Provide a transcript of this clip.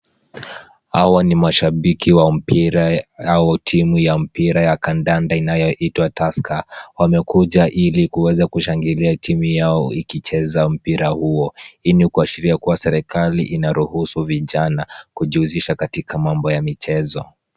Hawa ni mashabiki wa mpira au timu ya mpira ya kandanda inayoitwa Tusker. Wamekuja ili kuweza kushangilia timu yao ikicheza mchezo huo. Hii nikuashiria kuwa, serikali inaruhusu vijana kujihusisha katika mambo ya michezo.